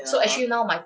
ya